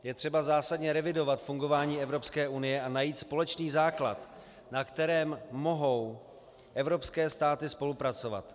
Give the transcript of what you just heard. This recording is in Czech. Je třeba zásadně revidovat fungování EU a najít společný základ, na kterém mohou evropské státy spolupracovat.